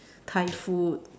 Thai food